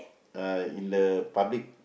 uh in the public